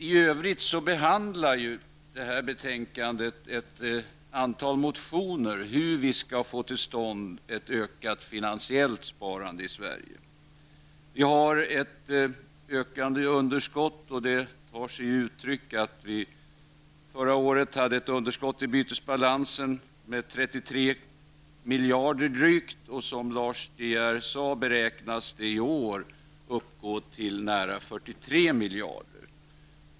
I övrigt behandlar det här betänkandet ett antal motioner om hur vi skall få till stånd ett ökat finansiellt sparande i Sverige. Vi har ett ökande underskott. Det tar sig uttryck i att vi förra året hade ett underskott i bytesbalansen med drygt 33 miljarder och som Lars de Geer säger beräknas de i år uppgå till nära 43 miljarder.